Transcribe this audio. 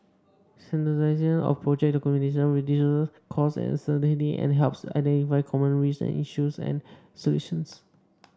standardisation of project documentation reduces costs and uncertainty and helps identify common risk issues and solutions